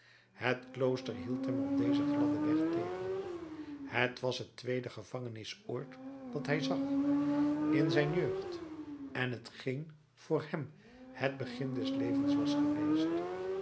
het klooster hield hem op dezen gladden weg tegen het was het tweede gevangenisoord dat hij zag in zijn jeugd en t geen voor hem het begin des levens was geweest